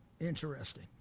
interesting